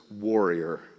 warrior